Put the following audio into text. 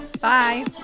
Bye